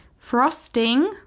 Frosting